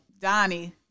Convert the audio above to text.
Donnie